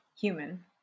human